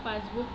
passbook